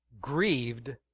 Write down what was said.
grieved